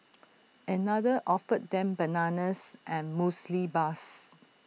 another offered them bananas and Muesli Bars